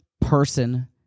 person